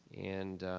and,